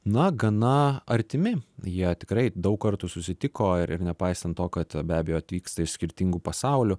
na gana artimi jie tikrai daug kartų susitiko ir ir nepaisant to kad be abejo atvyksta iš skirtingų pasaulių